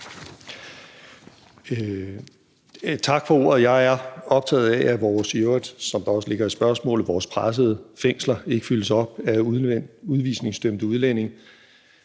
Tak for ordet. Jeg er optaget af, at vores i øvrigt, som der også ligger i spørgsmålet, pressede fængsler ikke fyldes op af udvisningsdømte udlændinge.